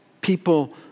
people